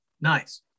nice